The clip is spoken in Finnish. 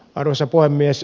arvoisa puhemies